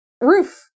roof